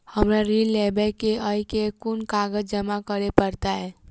हमरा ऋण लेबै केँ अई केँ कुन कागज जमा करे पड़तै?